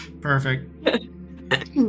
Perfect